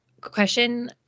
Question